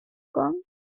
kong